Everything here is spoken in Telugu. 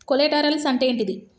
కొలేటరల్స్ అంటే ఏంటిది?